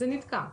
זה נתקע.